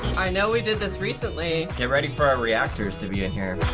i know we did this recently. get ready for our reactors to be in here.